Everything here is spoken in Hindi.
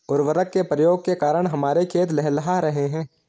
उर्वरक के प्रयोग के कारण हमारे खेत लहलहा रहे हैं